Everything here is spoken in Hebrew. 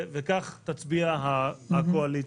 וכך תצביע הקואליציה.